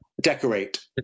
Decorate